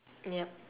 yup